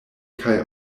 kaj